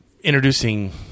introducing